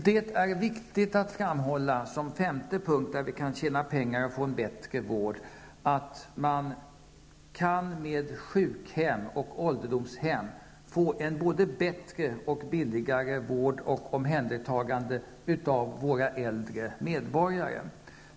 Det är viktigt att framhålla, som en sista punkt där vi kan tjäna pengar och få en bättre vård, att man med sjukhem och ålderdomshem kan få en både bättre och billigare vård och ett omhändertagande av våra äldre medborgare.